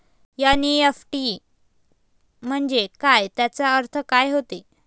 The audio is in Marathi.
एन.ई.एफ.टी म्हंजे काय, त्याचा अर्थ काय होते?